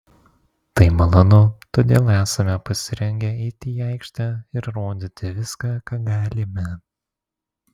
tai malonu todėl esame pasirengę eiti į aikštę ir rodyti viską ką galime